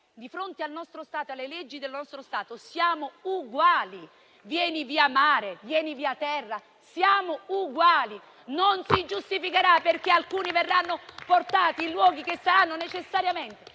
di fronte al nostro Stato e alle leggi del nostro Stato siamo uguali. Che si venga via mare o via terra, siamo uguali. Non si giustificherà perché alcuni verranno portati in luoghi che saranno necessariamente